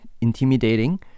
intimidating